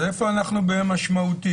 אז איפה אנחנו ב"משמעותי"?